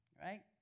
Right